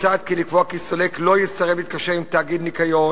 מוצע לקבוע כי סולק לא יסרב להתקשר עם תאגיד ניכיון,